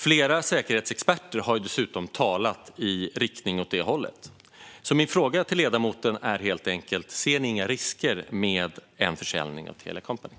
Flera säkerhetsexperter har dessutom uttalat sig i den riktningen. Min fråga till ledamoten är därför: Ser ni inga risker med en försäljning av Telia Company?